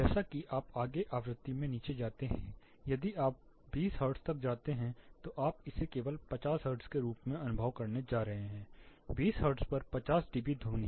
जैसा कि आप आगे आवृत्ति में नीचे जाते हैं यदि आप 20 हर्ट्ज तक जाते हैं तो आप इसे केवल 50 हर्ट्ज के रूप में अनुभव करने जा रहे हैं 20 हर्ट्ज पर 50 डीबी ध्वनि